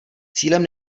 cílem